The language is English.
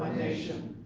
nation,